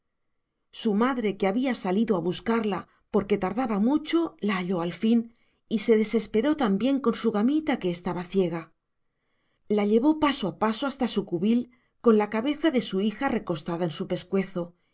su madre que había salido a buscarla porque tardaba mucho la halló al fin y se desesperó también con su gamita que estaba ciega la llevó paso a paso hasta su cubil con la cabeza de su hija recostada en su pescuezo